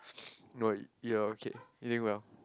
no you are okay eating well